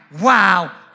wow